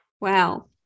wow